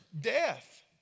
death